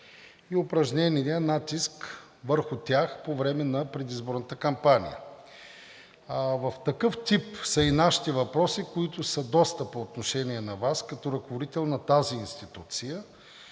и упражнения натиск върху тях по време на предизборната кампания. В такъв тип са и нашите въпроси, които са доста по отношение на Вас като ръководител на тази институция.